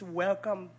welcome